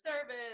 service